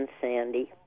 Sandy